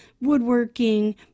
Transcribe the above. woodworking